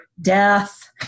death